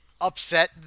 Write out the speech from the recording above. Upset